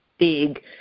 big